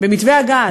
במתווה הגז,